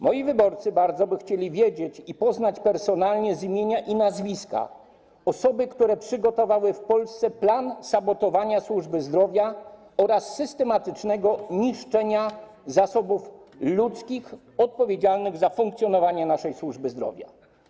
Moi wyborcy bardzo by chcieli wiedzieć i poznać personalnie, z imienia i nazwiska osoby, które przygotowały w Polsce plan sabotowania służby zdrowia oraz systematycznego niszczenia zasobów ludzkich odpowiedzialnych za funkcjonowanie naszej służby zdrowia.